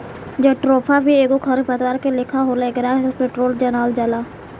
jatropha भी एगो खर पतवार के लेखा होला एकरा से पेट्रोल बनावल जाला